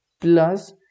plus